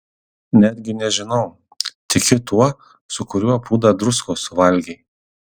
netgi nežinau tiki tuo su kuriuo pūdą druskos suvalgei